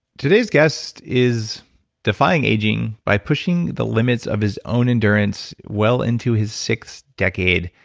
today's guest is defying aging by pushing the limits of his own endurance well into his sixth decade.